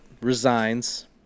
resigns